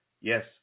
yes